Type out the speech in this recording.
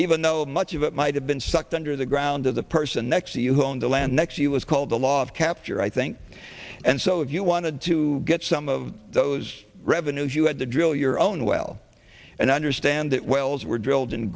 though much of it might have been sucked under the ground of the person next to you who owned the land next it was called the law of capture i think and so if you wanted to get some of those revenues you had to drill your own well and understand that wells were drilled